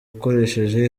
ukoresheje